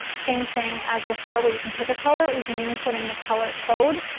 same thing as before where you can pick a color or you can even put in the color code.